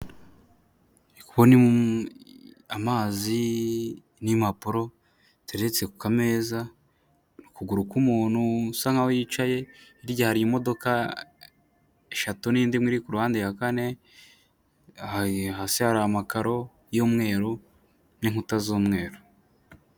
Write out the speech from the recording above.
Ndi kubona amazi n'impapuri biteretse ku kameza, ukuguru k'umuntu usa naho yicaye, hirya hari imodoka eshatu n'indi imwe iri ku ruhande ya kane, hasi hari amakaro y'umweru n'inkuta z'umweru.